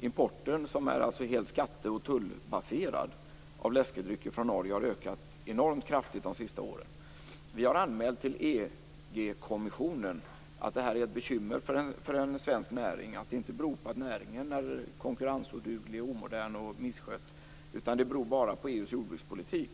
importen, som alltså är helt skatte och tullbaserad, av läskedrycker från Norge har ökat enormt kraftigt de senaste åren. Vi har anmält till EG-kommissionen att detta är ett bekymmer för en svensk näring. Det beror inte på att näringen är konkurrensoduglig, omodern eller misskött utan bara på EU:s jordbrukspolitik.